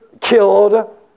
killed